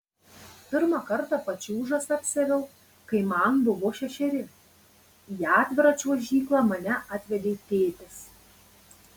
pirmą kartą pačiūžas apsiaviau kai man buvo šešeri į atvirą čiuožyklą mane atvedė tėtis